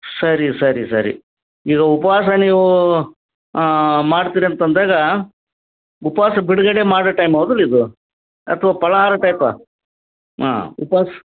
ಸರಿ ಸರಿ ಸರಿ ಈಗ ಉಪವಾಸ ನೀವು ಮಾಡ್ತೀರಿ ಅಂತಂದಾಗ ಉಪವಾಸ ಬಿಡುಗಡೆ ಮಾಡೋ ಟೈಮ್ ಹೌದಲ್ಲೊ ಇದು ಅಥವಾ ಫಲಾಹಾರ ಟೈಪಾ ಹಾಂ ಉಪಾಸ